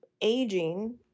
aging